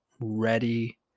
ready